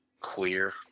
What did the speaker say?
Queer